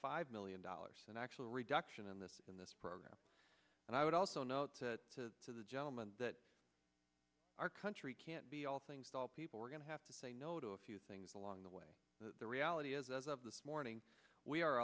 five million dollars an actual reduction in this in this program and i would also note to the gentleman that our country can't be all things to all people we're going to have to say no to a few things along the way the reality is as of this morning we are